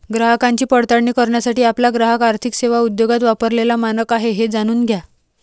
ग्राहकांची पडताळणी करण्यासाठी आपला ग्राहक आर्थिक सेवा उद्योगात वापरलेला मानक आहे हे जाणून घ्या